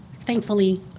thankfully